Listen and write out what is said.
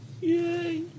Yay